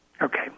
Okay